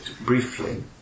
briefly